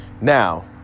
now